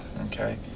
Okay